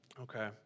Okay